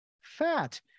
Fat